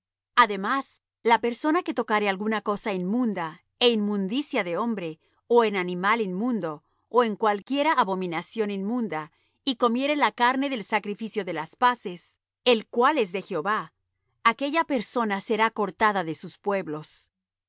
además la persona que tocare alguna cosa inmunda en inmundicia de hombre ó en animal inmundo ó en cualquiera abominación inmunda y comiere la carne del sacrificio de las paces el cual es de jehová aquella persona será cortada de sus pueblos